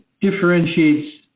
differentiates